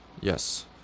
Yes